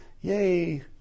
yay